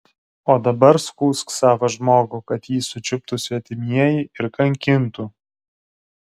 o dabar skųsk savą žmogų kad jį sučiuptų svetimieji ir kankintų